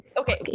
Okay